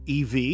EV